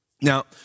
Now